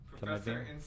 Professor